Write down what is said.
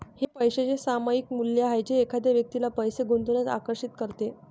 हे पैशाचे सामायिक मूल्य आहे जे एखाद्या व्यक्तीला पैसे गुंतवण्यास आकर्षित करते